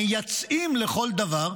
מייצאים לכל דבר.